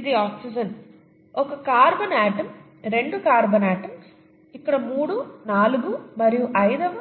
ఇది ఆక్సిజన్ ఒక carbon atom రెండు కార్బన్ ఆటమ్స్ ఇక్కడ మూడు నాలుగు మరియు ఐదవ